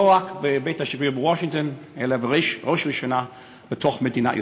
לא רק בבית השגריר בוושינגטון אלא בראש ובראשונה בתוך מדינת ישראל.